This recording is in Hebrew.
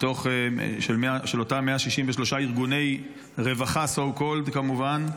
של אותם 163 ארגוני רווחה so called, כמובן?